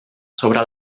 sobre